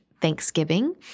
Thanksgiving